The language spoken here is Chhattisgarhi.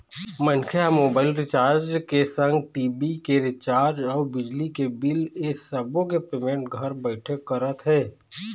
मनखे ह मोबाइल रिजार्च के संग टी.भी के रिचार्ज अउ बिजली के बिल ऐ सब्बो के पेमेंट घर बइठे करत हे